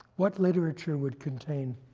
what literature would contain